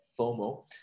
FOMO